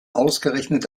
ausgerechnet